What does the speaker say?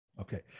Okay